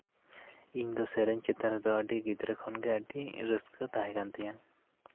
ᱤᱧ ᱫᱚ ᱥᱮᱨᱮᱧ ᱪᱮᱛᱟᱱ ᱨᱮᱫᱚ ᱟᱹᱰᱤ ᱜᱤᱫᱽᱨᱟᱹ ᱠᱷᱚᱱᱜᱮ ᱟᱹᱰᱤ ᱨᱟᱹᱥᱠᱟᱹ ᱛᱟᱦᱮᱸ ᱠᱟᱱ ᱛᱤᱧᱟᱹ